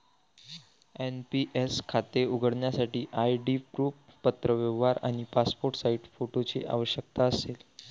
NPS खाते उघडण्यासाठी ID proof, पत्रव्यवहार आणि पासपोर्ट साइज फोटोची आवश्यकता असेल